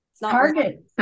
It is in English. Target